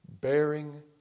bearing